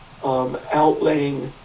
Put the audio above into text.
outlaying